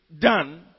done